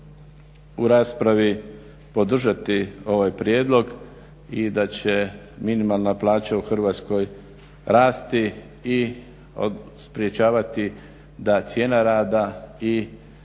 u raspravi podržati ovaj prijedlog i da će minimalna plaća i Hrvatskoj rasti i sprječavati da cijena rada i cijena